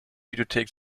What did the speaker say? videothek